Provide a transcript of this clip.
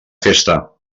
festa